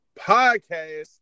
podcast